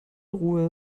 ruhe